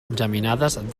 geminades